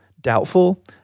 doubtful